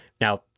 Now